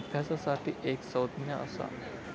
अभ्यासासाठी एक संज्ञा असा